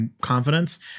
confidence